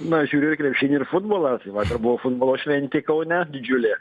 na žiūriu ir krepšinį ir futbolą vakar buvo futbolo šventė kaune didžiulė